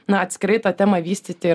na atskirai tą temą vystyti